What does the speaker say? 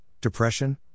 depression